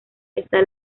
está